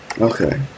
Okay